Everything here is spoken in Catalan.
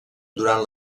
durant